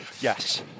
Yes